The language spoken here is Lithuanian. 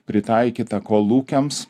pritaikyta kolūkiams